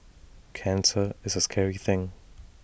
cancer is A scary thing